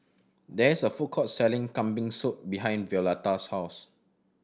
there is a food court selling Kambing Soup behind Violetta's house